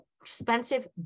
expensive